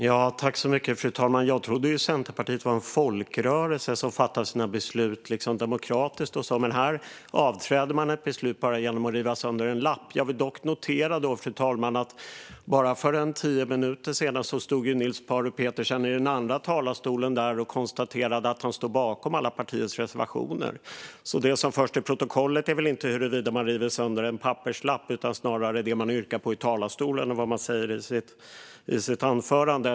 Fru talman! Jag trodde att Centerpartiet var en folkrörelse som fattar sina beslut demokratiskt. Men här frångår man ett beslut bara genom att riva sönder en lapp. Jag noterar dock, fru talman, att Niels Paarup-Petersen bara för tio minuter sedan stod i den andra talarstolen och konstaterade att han stod bakom alla partiets reservationer. Det som förs till protokollet är väl inte om man river sönder en papperslapp utan snarare det man yrkar bifall till i talarstolen och det man säger i sitt anförande.